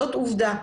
זו עובדה.